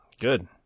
Good